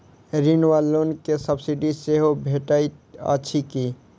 ऋण वा लोन केँ सब्सिडी सेहो भेटइत अछि की?